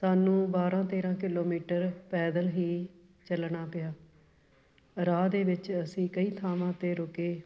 ਸਾਨੂੰ ਬਾਰ੍ਹਾਂ ਤੇਰ੍ਹਾਂ ਕਿਲੋਮੀਟਰ ਪੈਦਲ ਹੀ ਚਲਣਾ ਪਿਆ ਰਾਹ ਦੇ ਵਿੱਚ ਅਸੀਂ ਕਈ ਥਾਵਾਂ 'ਤੇ ਰੁਕੇ